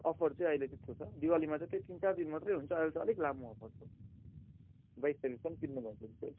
offer चाहिँ अहिले त्यस्तो छ दिवालीमा चाहिँ त्यही तिन चार दिन मात्रै हुन्छ अहिले त अलिक लामो अफर छ बाइस तारिकसम्म चाहिँ किन्नुभयो भने चाहिँ